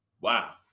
Wow